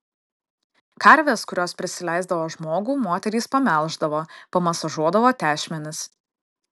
karves kurios prisileisdavo žmogų moterys pamelždavo pamasažuodavo tešmenis